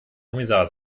kommissar